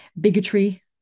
bigotry